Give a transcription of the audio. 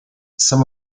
some